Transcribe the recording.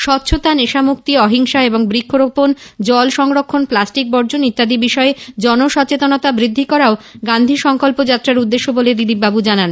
স্বচ্ছতা নেশামুক্তি অহিংসা এবং বৃক্ষরোপণ জল সংরক্ষণ প্লাস্টিক বর্জন ইত্যাদি বিষয়ে জনসচেতনতা বৃদ্ধি করাও গান্ধী সঙ্কল্প যাত্রার উদ্দেশ্য বলে দিলীপবাবু জানান